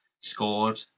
scored